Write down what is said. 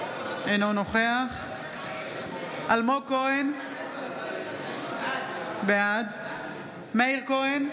אינו נוכח אלמוג כהן, בעד מאיר כהן,